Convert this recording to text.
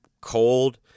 cold